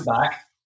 back